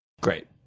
Great